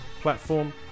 platform